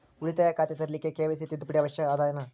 ಉಳಿತಾಯ ಖಾತೆ ತೆರಿಲಿಕ್ಕೆ ಕೆ.ವೈ.ಸಿ ತಿದ್ದುಪಡಿ ಅವಶ್ಯ ಅದನಾ?